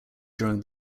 during